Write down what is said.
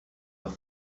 leur